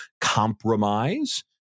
compromise